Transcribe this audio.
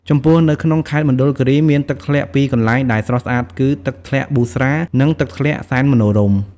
ចំពោះនៅក្នុងខេត្តមណ្ឌលគិរី មានទឹកធ្លាក់ពីរកន្លែងដែលស្រស់ស្អាតគឺ ទឹកធ្លាក់ប៊ូស្រា និងទឹកធ្លាក់សែនមនោរម្យ។